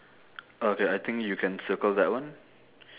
okay I think you can circle that one